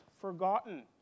forgotten